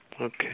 Okay